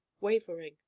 wavering